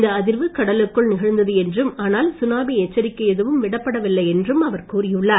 இந்த அதிர்வு கடலுக்குள் நிகழ்ந்தது என்றும் ஆனால் சுனாமி எச்சரிக்கை எதுவும் விடப்படவில்லை என்றும் அவர் கூறினார்